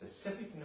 specific